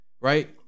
right